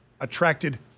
attracted